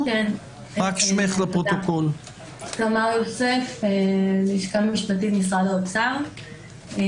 במצב כזה אדם יצטרך למסור את הסכמתו למשרד התחבורה לפי